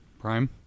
Prime